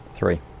Three